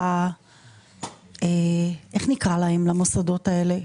איך נקרא למוסדות האלה?